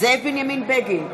זאב בנימין בגין,